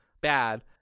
bad